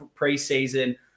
preseason